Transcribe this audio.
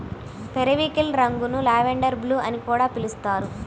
periwinkle రంగును lavender blue అని కూడా పిలుస్తారు